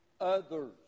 others